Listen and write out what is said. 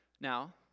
Now